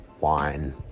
wine